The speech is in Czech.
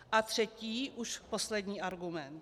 A třetí, už poslední argument.